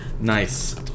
Nice